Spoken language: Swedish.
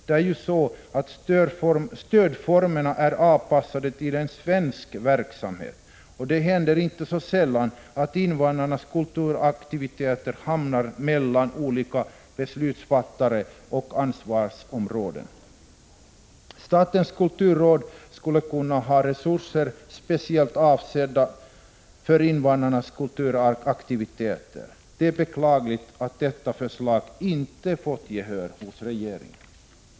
Det är ju så att stödformerna är avpassade till en svensk verksamhet, och det händer inte så sällan att invandrarnas kulturaktiviteter hamnar mellan olika beslutsfattare och ansvarsområden. Statens kulturråd skulle kunna ha resurser speciellt avsedda för invandrarnas kulturaktiviteter. Det är beklagligt att detta förslag inte har fått gehör hos regeringen.